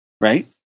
Right